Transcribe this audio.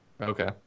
okay